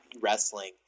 wrestling